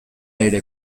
ere